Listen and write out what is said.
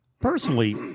personally